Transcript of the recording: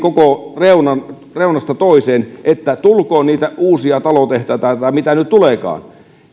reunasta reunasta toiseen että tulkoot niitä uusia talotehtaita tai mitä nyt tuleekaan